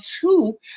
two